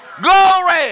Glory